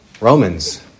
Romans